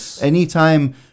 anytime